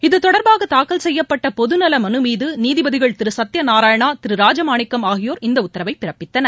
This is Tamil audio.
இத்தொடர்பாக தாக்கல் செய்யப்பட்ட பொது நல மனு மீது நீதிபதிகள் திரு சத்ய நாராயணா திரு ராஜமாணிக்கம் ஆகியோர் இந்த உத்தரவை பிறப்பித்தனர்